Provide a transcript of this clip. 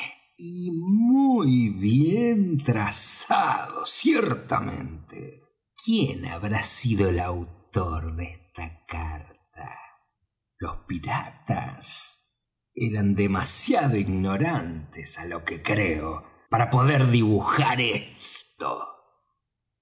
muy bien trazado ciertamente quién habrá sido el autor de esta carta los piratas eran demasiado ignorantes á lo que creo para poder dibujar esto